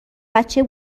بچه